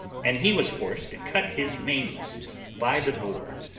and he was forced to cut his mainmast by the board,